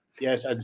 Yes